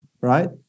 right